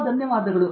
ತುಂಬಾ ಧನ್ಯವಾದಗಳು